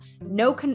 No